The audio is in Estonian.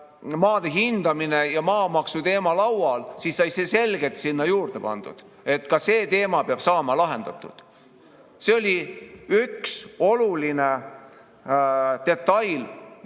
maade hindamine ja maamaksuteema laual, siis sai selgelt sinna juurde pandud, et ka see teema peab saama lahendatud. See oli üks oluline detail – ma